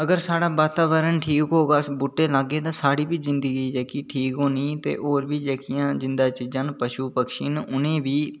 अगर साढ़ा वातावरण ठीक होग अस बूहटे लाह्गे ते साढ़ी जिंदगी जेह्की जेह्ड़ी ठीक होनी होर बी जेह्कियां जिंदा चीजां न पशु पक्षी न उ'नें ई बी